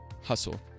Hustle